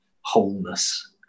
wholeness